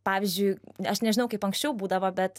pavyzdžiui aš nežinau kaip anksčiau būdavo bet